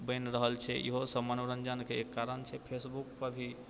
बनि रहल छै इहो सब मनोरञ्जनके एक कारण छै फेसबुकपर भी